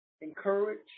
Encourage